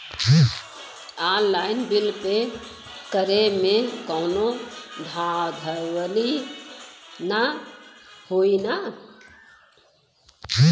Online bill pay करे में कौनो धांधली ना होई ना?